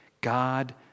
God